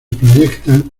proyectan